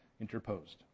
interposed